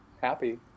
Happy